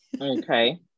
Okay